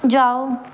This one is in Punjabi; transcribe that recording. ਜਾਓ